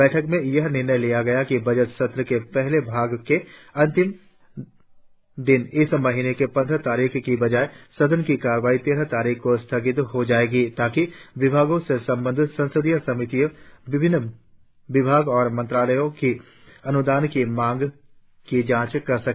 बैठक में यह निर्णय लिया गया कि बजट सत्र के पहले भाग के अंतिम दिन इस महीने की पंद्रह तारीख की बजाय सदन की कार्यवाही तेरह तारीख को स्थगित हो जायेगी ताकि विभागों से संबद्ध संसदीय समितियां विभिन्न विभागों और मंत्रालयों की अनुदानों की मांगों की जांच कर सके